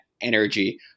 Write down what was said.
energy